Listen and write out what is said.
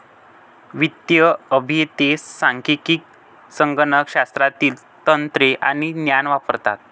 वित्तीय अभियंते सांख्यिकी, संगणक शास्त्रातील तंत्रे आणि ज्ञान वापरतात